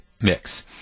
mix